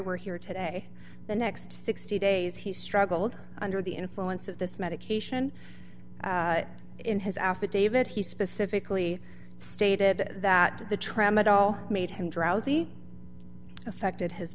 we're here today the next sixty days he struggled under the influence of this medication in his affidavit he specifically stated that the tramadol made him drowsy affected his